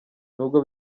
nubwo